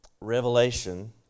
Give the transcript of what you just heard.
revelation